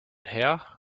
hea